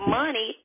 money